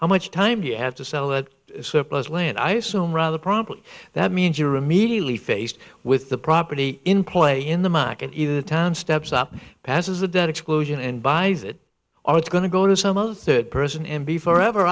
how much time do you have to sell that surplus land i assume rather promptly that means you're immediately faced with the property in play in the market either the town steps up passes the debt explosion and buys it or it's going to go to some other third person and be forever